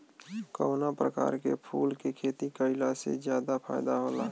कवना प्रकार के फूल के खेती कइला से ज्यादा फायदा होला?